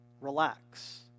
Relax